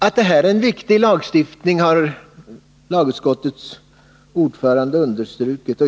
Att det gäller en viktig lagstiftning har lagutskottets ordförande understrukit.